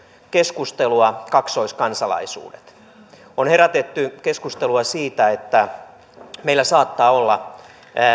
keskustelua myös kaksoiskansalaisuudet on herätetty keskustelua siitä että meillä saattaa olla